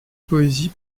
poésie